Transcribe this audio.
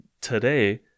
today